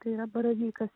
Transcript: tai ne baravykas